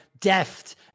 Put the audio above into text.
Deft